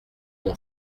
mon